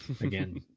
again